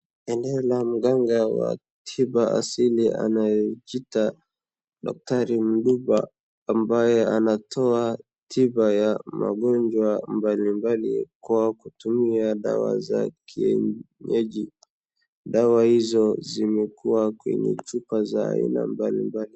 Eneo la mganga wa tiba asili anayejiita daktari Mduba ambaye anatoa tiba ya magonjwa mbali mbali kwa kutumia dawa za kienyeji. Dawa hizo zimekuwa kwenye chupa za aina mbali mbali.